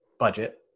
budget